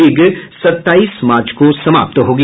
league सत्ताईस मार्च को समाप्त होगी